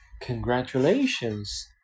Congratulations